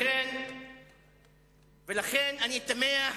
לכן אני תמה,